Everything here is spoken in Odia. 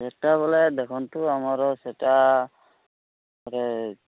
ସେଇଟା ବୋଲେ ଦେଖନ୍ତୁ ଆମର ସେଇଟା